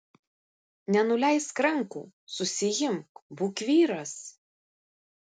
nenuleisk rankų susiimk būk vyras